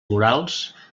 morals